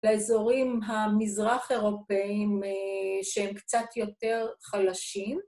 לאזורים המזרח אירופאים, אה... שהם קצת יותר חלשים.